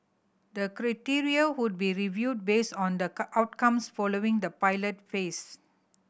the criteria would be reviewed based on the outcomes following the pilot phase